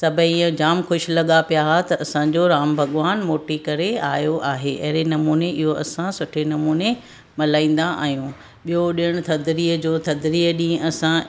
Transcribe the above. सभई इअं जामु ख़ुशि लॻा पिया हुआ त असांजो राम भॻवानु मोटी करे आयो आहे अहिड़े नमूने इहो असां सुठे नमूने मल्हाईंदा आहियूं ॿियो ॾिणु थधिड़ीअ जो थधिड़ीअ ॾींहुं असां